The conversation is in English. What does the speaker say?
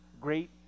great